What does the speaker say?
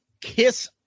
Kiss